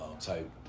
type